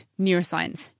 neuroscience